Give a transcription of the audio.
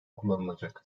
kullanılacak